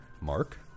Mark